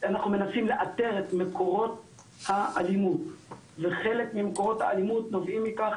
אנחנו מנסים לאתר את מקורות האלימות וחלק ממקורות האלימות נובעים מכך